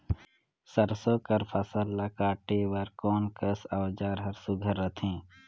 सरसो कर फसल ला काटे बर कोन कस औजार हर सुघ्घर रथे?